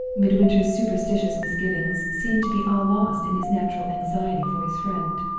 midwinter's superstitious misgivings seemed to be all lost in his natural anxiety for his friend.